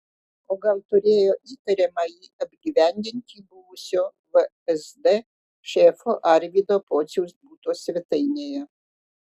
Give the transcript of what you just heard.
o gal turėjo įtariamąjį apgyvendinti buvusio vsd šefo arvydo pociaus buto svetainėje